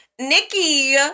Nikki